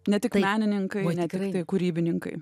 ne tik menininkai ne tiktai kūrybininkai